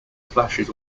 flashes